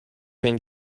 can